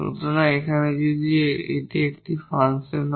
সুতরাং এখানে যদি এটি একটি ফাংশন হয়